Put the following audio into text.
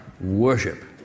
worship